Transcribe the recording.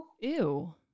Ew